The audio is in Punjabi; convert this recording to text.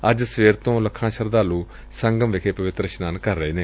ਅੱਜ ਸਵੇਰ ਤੋ ਲੱਖਾਂ ਸ਼ਰਧਾਲੁ ਸੰਗਮ ਵਿਖੇ ਪਵਿੱਤਰ ਇਸ਼ਨਾਨ ਕਰ ਰਹੇ ਨੇ